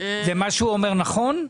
שהוא אומר נכון?